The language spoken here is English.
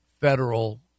Federal